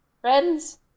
friends